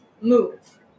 move